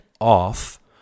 Off